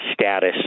status